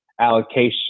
allocation